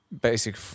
basic